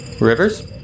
Rivers